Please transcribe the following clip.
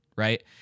right